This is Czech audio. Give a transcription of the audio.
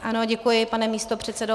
Ano, děkuji, pane místopředsedo.